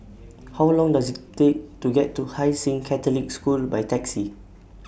How Long Does IT Take to get to Hai Sing Catholic School By Taxi